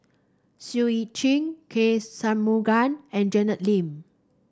Seah Eu Chin K Shanmugam and Janet Lim